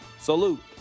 Salute